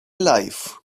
life